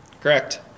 Correct